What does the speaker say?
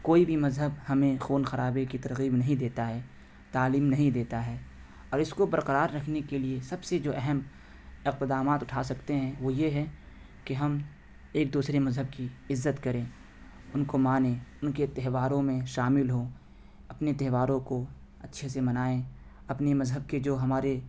کوئی بھی مذہب ہمیں خون خرابے کی ترغیب نہیں دیتا ہے تعلیم نہیں دیتا ہے اور اس کو برقرار رکھنے کے لیے سب سے جو اہم اقدامات اٹھا سکتے ہیں وہ یہ ہے کہ ہم ایک دوسرے مذہب کی عزت کریں ان کو مانے ان کے تہواروں میں شامل ہوں اپنے تہواروں کو اچھے سے منائیں اپنے مذہب کے جو ہمارے